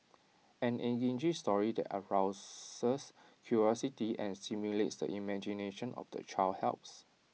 an engaging story that arouses curiosity and stimulates the imagination of the child helps